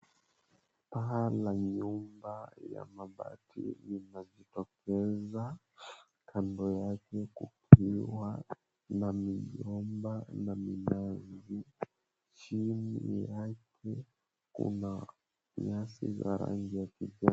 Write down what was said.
Paa la nyumba ya mabati inajitokeza. Kando yake kuna miwa na migomba na minazi. Chini ni ardhi, kuna nyasi za rangi ya kijani.